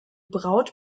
braut